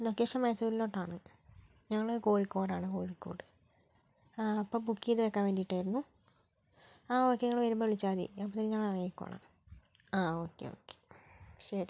location മൈസൂറിലോട്ട് ആണ് ഞങ്ങള് കോഴിക്കോട് ആണ് കോഴിക്കോട് ആ അപ്പം ബുക്ക് ചെയ്തു വെക്കാൻ വേണ്ടിട്ട് ആയിരുന്നു ആ ഓക്കെ നിങ്ങള് വരുമ്പോൾ വിളിച്ചാൽ മതി അപ്പം ഞങ്ങള് ഇറങ്ങിക്കോളാം ആ ഓക്കെ ഓക്കെ ശരി